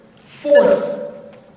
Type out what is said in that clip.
Fourth